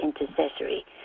intercessory